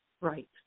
Right